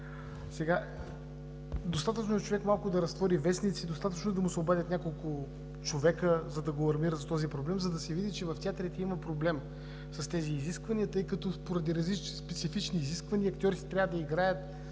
Достатъчно е човек малко да разтвори вестниците, достатъчно е да му се обадят няколко човека, за да го алармират за този проблем и да се види, че в театрите има проблем с тези изисквания, тъй като поради различни специфични изисквания актьорите трябва да играят